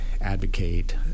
advocate